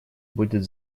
будет